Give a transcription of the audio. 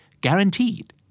guaranteed